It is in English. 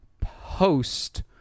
post